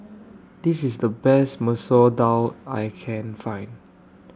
This IS The Best Masoor Dal that I Can Find